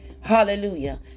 Hallelujah